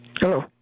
Hello